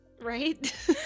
Right